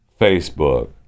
Facebook